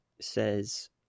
says